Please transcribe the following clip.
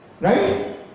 Right